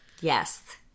Yes